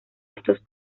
estos